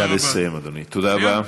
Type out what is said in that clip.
תודה רבה.